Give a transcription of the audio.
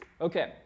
Okay